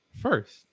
first